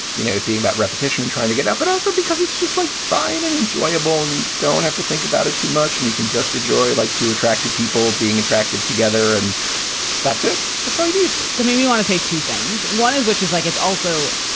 you know, it being about repetition and trying to get out, but also because it's just like fine and enjoyable. and you don't have to think about it too much. and you can just enjoy, like two attractive people being attractive together. and that's it decided that maybe you want to say two things. one is. which is like it's also.